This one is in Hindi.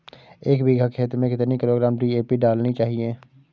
एक बीघा खेत में कितनी किलोग्राम डी.ए.पी डालनी चाहिए?